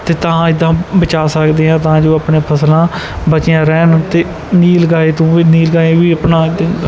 ਅਤੇ ਤਾਂ ਇੱਦਾਂ ਬਚਾ ਸਕਦੇ ਹਾਂ ਤਾਂ ਜੋ ਆਪਣੀਆਂ ਫਸਲਾਂ ਬਚੀਆਂ ਰਹਿਣ ਅਤੇ ਨੀਲ ਗਾਏ ਤੋਂ ਵੀ ਨੀਲ ਗਾਏ ਵੀ ਆਪਣਾ ਅਤੇ